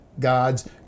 God's